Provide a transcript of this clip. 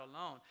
alone